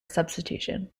substitution